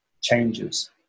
changes